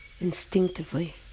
instinctively